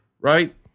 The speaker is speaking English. Right